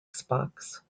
xbox